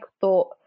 thought